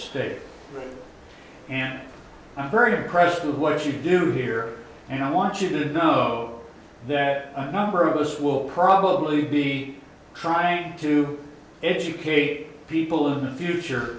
state and i'm very impressed with what you do here and i want you to know that a number of us will probably be trying to educate people in the future